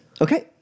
Okay